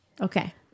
okay